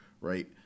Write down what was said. right